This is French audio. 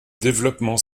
développement